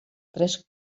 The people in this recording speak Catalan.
tres